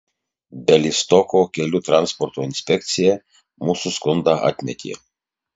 bialystoko kelių transporto inspekcija mūsų skundą atmetė